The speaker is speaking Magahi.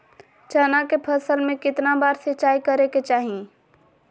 चना के फसल में कितना बार सिंचाई करें के चाहि?